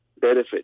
benefit